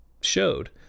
showed